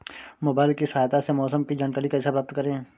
Mobile की सहायता से मौसम की जानकारी कैसे प्राप्त करें?